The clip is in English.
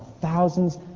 thousands